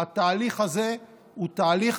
התהליך הזה הוא תהליך